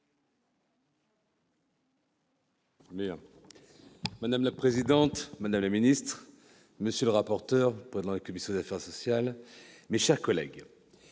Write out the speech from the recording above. Madame la présidente, madame la ministre, monsieur le rapporteur et président de la commission des affaires sociales, mes chers collègues,